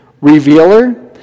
revealer